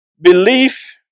belief